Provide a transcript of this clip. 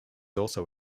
also